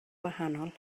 wahanol